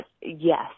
yes